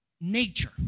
nature